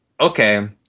okay